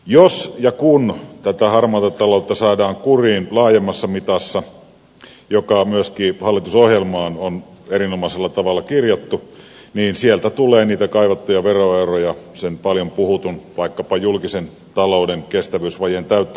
jos ja kun tätä harmaata taloutta saadaan kuriin laajemmassa mitassa mikä myöskin hallitusohjelmaan on erinomaisella tavalla kirjattu niin sieltä tulee niitä kaivattuja veroeuroja vaikkapa sen paljon puhutun julkisen talouden kestävyysvajeen täyttämiseksi